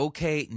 Okay